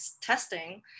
testing